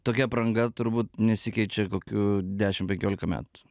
tokia apranga turbūt nesikeičia kokių dešim penkiolika metų